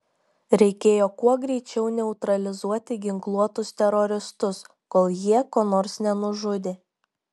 reikėjo kuo greičiau neutralizuoti ginkluotus teroristus kol jie ko nors nenužudė